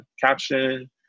caption